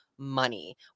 Money